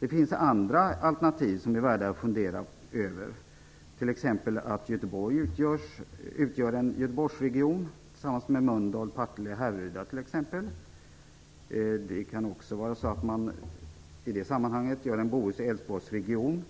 Det finns andra alternativ som är värda att fundera över, t.ex. att Göteborg utgör en Göteborgsregion tillsammans med Mölndal, Partille och Härryda, t.ex. Man kan också i det sammanhanget göra en Bohus och Älvsborgsregion